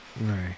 Right